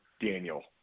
Daniel